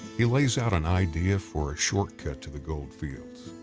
he lays out an idea for a shortcut to the gold fields.